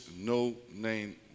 no-name